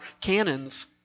cannons